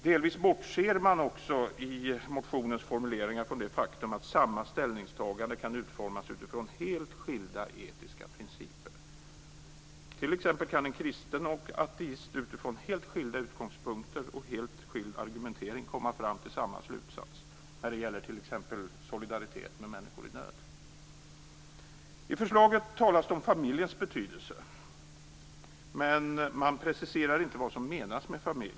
Delvis bortser man också i motionens formuleringar från det faktum att samma ställningstagande kan utformas utifrån helt skilda etiska principer. Exempelvis kan en kristen och en ateist utifrån helt skilda utgångspunkter och helt skild argumentering komma fram till samma slutsats när det gäller t.ex. solidaritet med människor i nöd. I förslaget talas det om familjens betydelse. Men man preciserar inte vad som menas med familj.